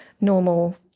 normal